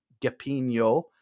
Gepinho